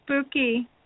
spooky